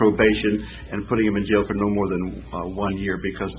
probation and put him in jail for no more than a one year because